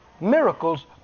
Miracles